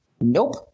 Nope